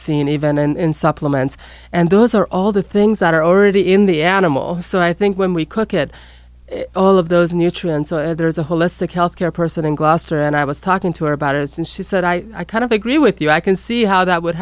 seen event and supplements and those are all the things that are already in the animal so i think when we cook at all of those nutrients there's a holistic health care person in gloucester and i was talking to her about it and she said i kind of agree with you i can see how that would